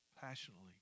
passionately